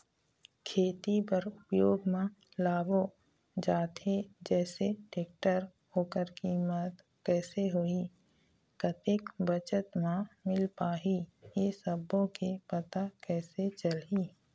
खेती बर उपयोग मा लाबो जाथे जैसे टेक्टर ओकर कीमत कैसे होही कतेक बचत मा मिल पाही ये सब्बो के पता कैसे चलही?